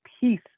peace